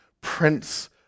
prince